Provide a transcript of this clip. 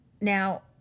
now